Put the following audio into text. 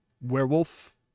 werewolf